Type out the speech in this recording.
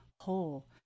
whole